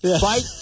Fight